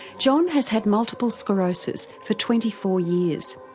john has had multiple sclerosis for twenty four years.